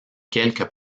quelques